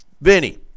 Vinny